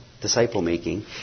disciple-making